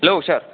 hello sir